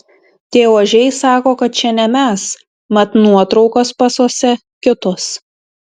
tie ožiai sako kad čia ne mes mat nuotraukos pasuose kitos